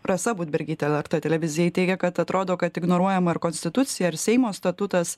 rasa budbergytė lrt televizijai teigė kad atrodo kad ignoruojama ir konstitucija ir seimo statutas